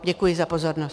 Děkuji za pozornost.